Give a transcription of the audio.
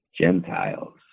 Gentiles